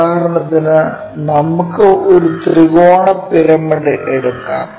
ഉദാഹരണത്തിന് നമുക്ക് ഒരു ത്രികോണ പിരമിഡ് എടുക്കാം